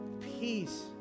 peace